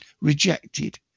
rejected